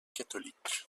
catholique